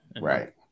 right